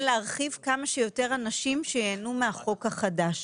להרחיב כמה שיותר אנשים שייהנו מהחוק החדש,